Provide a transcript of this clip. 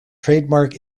trademark